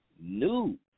new